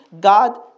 God